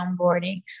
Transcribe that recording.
onboarding